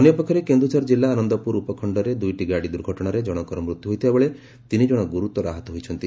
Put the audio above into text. ଅନ୍ୟ ପକ୍ଷରେ କେନ୍ଦୁଝର ଜିଲ୍ଲା ଆନନ୍ଦପୁର ଉପଖଖରେ ଦୁଇଟି ଗାଡ଼ି ଦୁର୍ଘଟଣାରେ ଜଶଙ୍କର ମୃତ୍ୟୁ ହୋଇଥିବା ବେଳେ ତିନି ଜଶ ଗୁରୁତର ଆହତ ହୋଇଛନ୍ତି